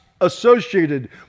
associated